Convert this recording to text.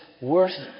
worth